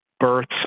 births